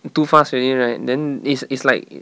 it's too fast already right then it's it's like